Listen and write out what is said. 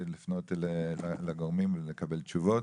לפנות לגורמים ולקבל תשובות,